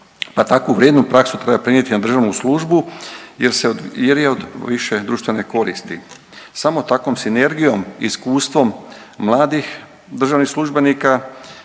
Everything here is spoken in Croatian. pa tako vrijednu praksu treba prenijeti na državnu službu jer se, jer je od više društvene koristi. Samo takvom sinergijom i iskustvom mladih državnih službenika